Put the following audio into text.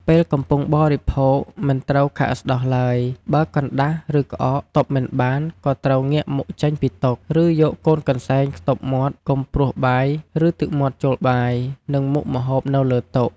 ពេលកំពុងបរិភោគមិនត្រូវខាកស្តោះឡើយ បើកណ្តាស់ឬក្អកទប់មិនបាន ក៏ត្រូវងាកមុខចេញពីតុ ឬយកកូនកន្សែងខ្ទប់មាត់កុំព្រួសបាយ ឬទឹកមាត់ចូលបាយ និងមុខម្ហូបនៅលើតុ។